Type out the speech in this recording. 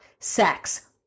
Sex